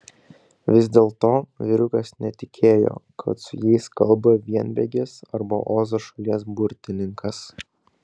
vis dėlto vyrukas netikėjo kad su jais kalba vienbėgis arba ozo šalies burtininkas